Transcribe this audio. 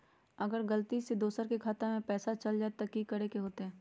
अगर गलती से दोसर के खाता में पैसा चल जताय त की करे के होतय?